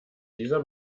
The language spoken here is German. dieser